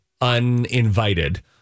uninvited